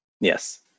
Yes